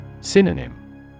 Synonym